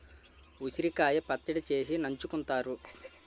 ఉసిరికాయ పచ్చడి చేసి నంచుకుంతారు